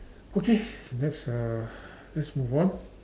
okay let's uh let's move on